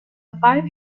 five